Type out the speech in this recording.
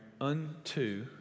unto